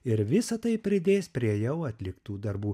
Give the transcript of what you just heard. ir visa tai pridės prie jau atliktų darbų